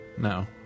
No